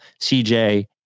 CJ